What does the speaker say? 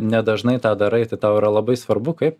nedažnai tą darai tai tau yra labai svarbu kaip